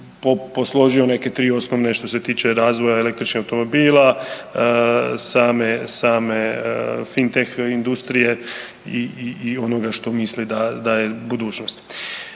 posložio neke tri osnovne što se tiče razvoja električnih automobila, same, same fintech industrije i onoga što misli da je budućnost.